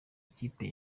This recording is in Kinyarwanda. ikipe